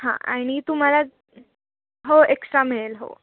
हां आणि तुम्हाला हो एक्स्ट्रा मिळेल हो